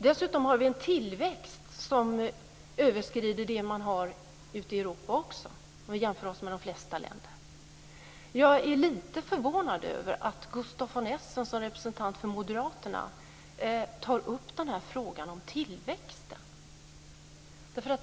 Dessutom har vi en tillväxt som överskrider den man har ute i de flesta länder i Jag är lite förvånad över att Gustaf von Essen som representant för Moderaterna tar upp frågan om tillväxt.